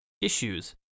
issues